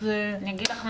אז --- אני אגיד לך מה,